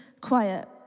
quiet